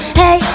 hey